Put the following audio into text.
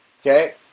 okay